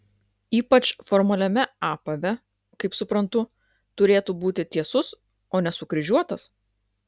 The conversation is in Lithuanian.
ypač formaliame apave kaip suprantu turėtų būti tiesus o ne sukryžiuotas